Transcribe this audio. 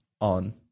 on